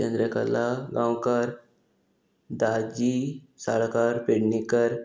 Chandrakala Gaonkar Daji Salkar Pednekar